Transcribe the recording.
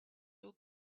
your